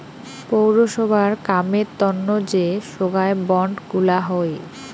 পৌরসভার কামের তন্ন যে সোগায় বন্ড গুলা হই